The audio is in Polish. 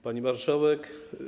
Pani Marszałek!